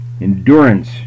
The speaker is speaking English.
Endurance